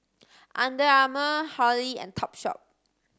Under Armour Hurley and Topshop